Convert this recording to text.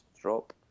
drop